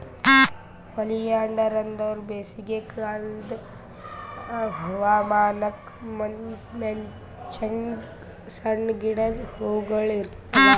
oleander ಅಂದುರ್ ಬೇಸಿಗೆ ಕಾಲದ್ ಹವಾಮಾನಕ್ ಮೆಚ್ಚಂಗ್ ಸಣ್ಣ ಗಿಡದ್ ಹೂಗೊಳ್ ಅವಾ